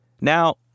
Now